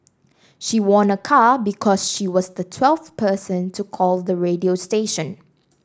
she won a car because she was the twelfth person to call the radio station